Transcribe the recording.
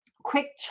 quick